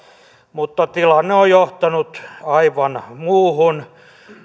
mutta tilanne on johtanut aivan muuhun